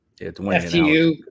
Ftu